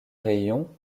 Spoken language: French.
rayons